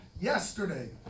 Yesterday